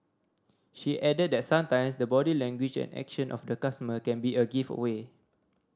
she added that sometimes the body language and action of the customer can be a giveaway